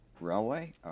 railway